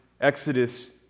Exodus